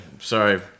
Sorry